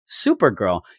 Supergirl